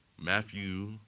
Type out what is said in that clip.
Matthew